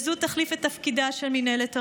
וזו תחליף את תפקידה של מינהלת הרשות.